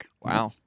wow